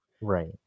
right